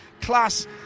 Class